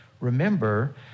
remember